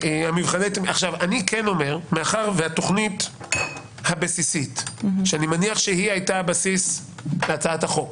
אני כן אומר שמאחר שהתכנית הבסיסית הייתה הבסיס להצעת החוק